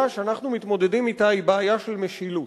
שאנחנו מתמודדים אתה היא בעיה של משילות.